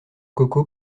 coco